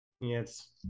Yes